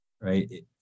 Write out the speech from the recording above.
right